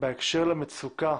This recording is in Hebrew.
בהקשר למצוקה